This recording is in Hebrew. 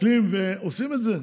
מסתכלים ועושים את זה?